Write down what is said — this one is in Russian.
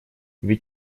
ведь